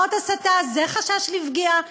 זאת הסתה, זה חשש לפגיעה.